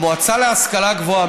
המועצה להשכלה גבוהה,